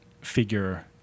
figure